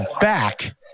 back